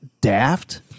daft